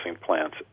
plants